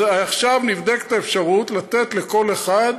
אז עכשיו נבדקת האפשרות לתת לכל אחד